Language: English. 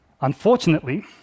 Unfortunately